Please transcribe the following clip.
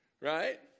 right